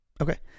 okay